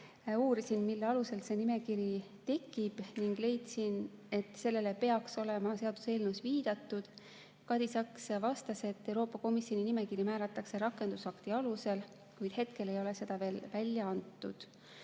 Uurisin, mille alusel see nimekiri tekib, ning leidsin, et sellele peaks olema seaduseelnõus viidatud. Kadi Saks vastas, et Euroopa Komisjoni nimekiri määratakse rakendusakti alusel, kuid hetkel ei ole seda veel välja antud.